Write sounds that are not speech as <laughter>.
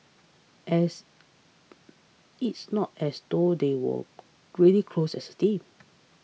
as <noise> it's not as though they were really close as a team